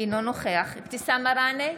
אינו נוכח אבתיסאם מראענה,